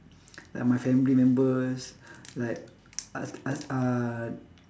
like my family members like uh